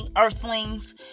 Earthlings